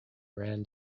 ran